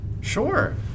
Sure